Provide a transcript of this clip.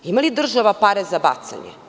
Ima li država pare za bacanje?